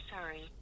Sorry